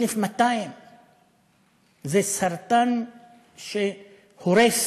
1,200. זה סרטן שהורס